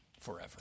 forever